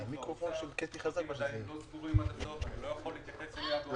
זה עדין לא סגור עד הסוף ואני לא יכול להתייחס לזה.